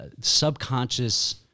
subconscious